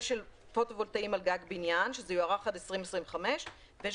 של פוטו-וולטאים על גג בניין" שזה יוארך עד 2025. ויש